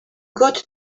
got